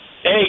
Hey